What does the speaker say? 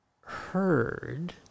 heard